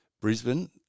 Brisbane